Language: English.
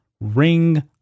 ring